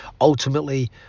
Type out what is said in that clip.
ultimately